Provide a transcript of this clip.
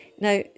now